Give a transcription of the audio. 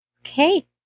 Okay